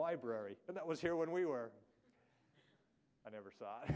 library and that was here when we were i never saw